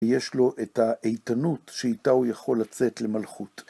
יש לו את האיתנות שאיתה הוא יכול לצאת למלכות.